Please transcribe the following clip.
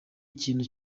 ikintu